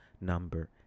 number